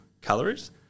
calories